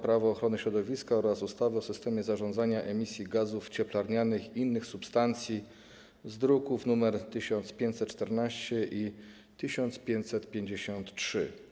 Prawo ochrony środowiska oraz ustawy o systemie zarządzania emisjami gazów cieplarnianych i innych substancji, druki nr 1514 i 1553.